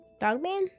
Dogman